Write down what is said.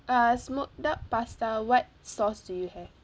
uh smoked duck pasta what sauce do you have